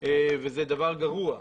וזה דבר גרוע.